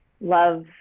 Love